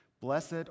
Blessed